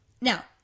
now